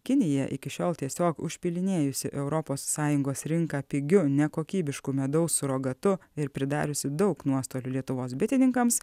kinija iki šiol tiesiog užpilinėjusi europos sąjungos rinką pigiu nekokybiško medaus surogatu ir pridariusi daug nuostolių lietuvos bitininkams